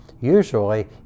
usually